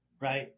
right